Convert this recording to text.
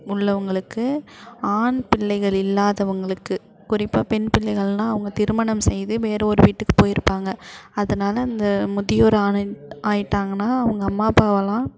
உள்ளவங்களுக்கு ஆண் பிள்ளைகள் இல்லாதவங்களுக்கு குறிப்பாக பெண் பிள்ளைகள்னால் அவங்க திருமணம் செய்து வேறு ஒரு வீட்டுக்குப் போயிருப்பாங்க அதனால் அந்த முதியோர் ஆனன்ட் ஆயிட்டாங்கன்னால் அவங்க அம்மா அப்பாவெல்லாம்